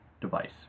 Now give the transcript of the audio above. device